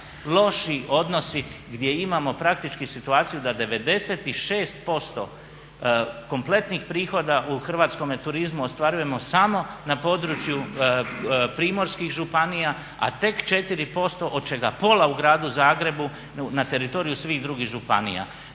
loši odnosi gdje imamo praktički situaciju da 96% kompletnih prihoda u hrvatskome turizmu ostvarujemo samo na području primorskih županija, a tek 4% od čega pola u gradu Zagrebu na teritoriju svih drugih županija.